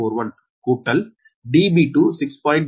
41 கூட்டல் Db2 6